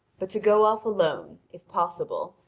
but to go off alone, if possible,